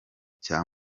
cya